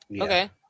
Okay